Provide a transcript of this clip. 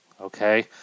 Okay